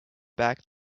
back